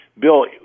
bill